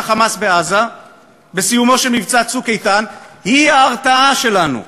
ה"חמאס" בעזה בסיומו של מבצע "צוק איתן" היא ההרתעה שלנו.